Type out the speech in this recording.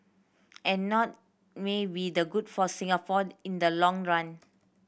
and not may be the good for Singapore in the long run